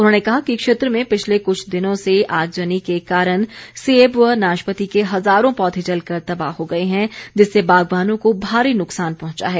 उन्होंने कहा कि क्षेत्र में पिछले कुछ दिनों से आगजनी के कारण सेब व नाशपती के हजारों पौधें जलकर तबाह हो गए हैं जिससे बागवानों को भारी नुकसान पहुंचा है